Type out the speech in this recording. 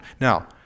now